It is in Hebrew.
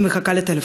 ומחכה לטלפון.